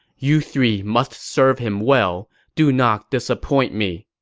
you three must serve him well do not disappoint me.